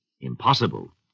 Impossible